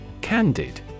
Candid